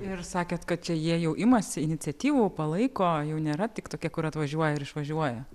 ir sakėt kad čia jie jau imasi iniciatyvų palaiko jau nėra tik tokie kur atvažiuoja ir išvažiuoja